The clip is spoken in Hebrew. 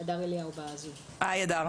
תודה רבה שאת איתנו.